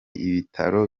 n’ibitaro